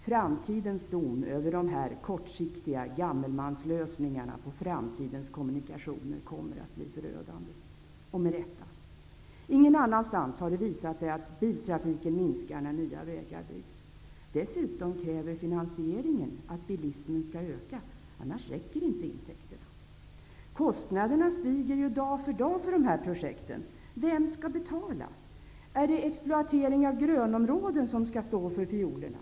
Framtidens dom över de här kortsiktiga gammelmanslösningarna beträffande framtidens kommunikationer kommer att bli förödande -- och det med rätta. Ingen annanstans har det visat sig att biltrafiken minskar när nya vägar byggs. Dessutom kräver finansieringen att bilismen skall öka, för annars räcker inte intäkterna. Kostnaderna stiger ju dag för dag för de här projekten. Vem skall betala? Är det exploateringen av grönområden som skall stå för fiolerna?